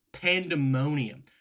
Pandemonium